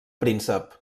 príncep